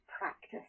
practice